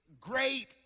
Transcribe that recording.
great